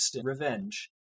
revenge